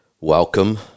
Welcome